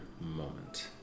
moment